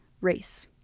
race